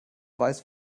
weiß